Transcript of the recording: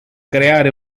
creare